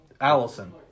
Allison